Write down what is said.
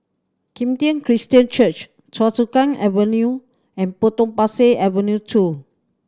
Kim Tian Christian Church Choa Chu Kang Avenue and Potong Pasir Avenue Two